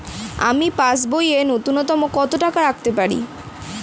আমি পাসবইয়ে ন্যূনতম কত টাকা রাখতে পারি?